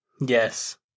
Yes